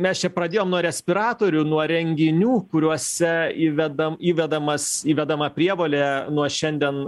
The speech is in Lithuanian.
mes čia pradėjom nuo respiratorių nuo renginių kuriuose įvedam įvedamas įvedama prievolė nuo šiandien